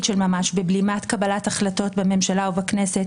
של ממש בבלימת קבלת החלטות בממשלה ובכנסת,